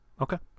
Okay